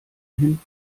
hin